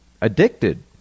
addicted